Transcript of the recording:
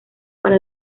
para